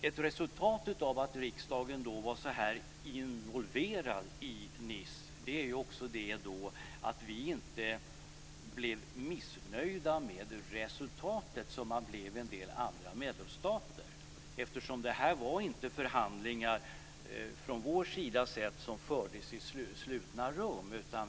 Ett resultat av att riksdagen då var så involverad i Nice är också att vi inte blev missnöjda med resultatet, som man blev i en del andra medlemsstater. Det här var, sett från vår sida, förhandlingar som inte fördes i slutna rum.